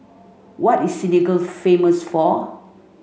what is Senegal famous for